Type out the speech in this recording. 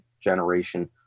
generation